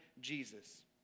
Jesus